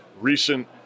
recent